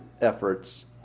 efforts